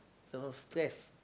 so stress